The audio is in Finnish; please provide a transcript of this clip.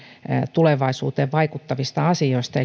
tulevaisuuteen vaikuttavista asioista